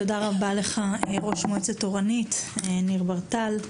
תודה רבה לך, ראש מועצת אורנית, ניר ברטל.